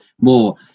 more